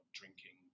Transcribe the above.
drinking